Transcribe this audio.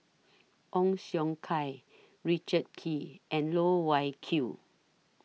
Ong Siong Kai Richard Kee and Loh Wai Kiew